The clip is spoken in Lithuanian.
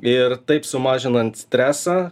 ir taip sumažinant stresą